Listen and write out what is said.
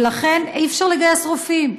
ולכן אי-אפשר לגייס רופאים,